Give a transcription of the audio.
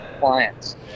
clients